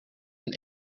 een